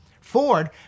Ford